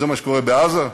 זה מה שקורה בעזה?